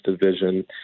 division